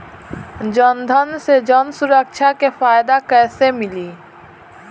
जनधन से जन सुरक्षा के फायदा कैसे मिली?